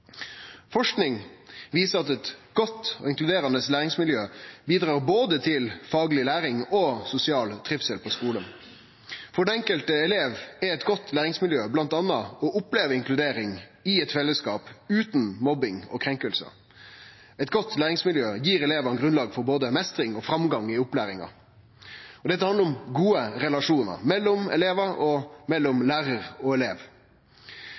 Forsking viser at eit godt og inkluderande læringsmiljø bidrar til både fagleg læring og sosial trivsel på skolen. For den enkelte eleven er eit godt læringsmiljø bl.a. å oppleve inkludering i eit fellesskap utan mobbing og krenking. Eit godt læringsmiljø gir elevane grunnlag for både meistring og framgang i opplæringa. Dette handlar om gode relasjonar mellom elevar, og mellom lærar og elev.